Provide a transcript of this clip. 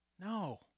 No